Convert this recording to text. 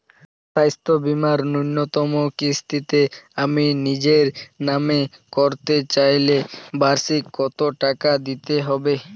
স্বাস্থ্য বীমার ন্যুনতম কিস্তিতে আমি নিজের নামে করতে চাইলে বার্ষিক কত টাকা দিতে হবে?